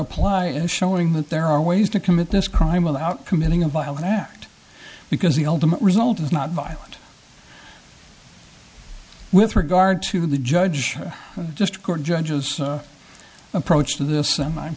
apply as showing that there are ways to commit this crime without committing a violent act because the ultimate result is not violent with regard to the judge just court judges approach to this and i